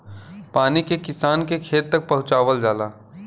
पानी के किसान के खेत तक पहुंचवाल जाला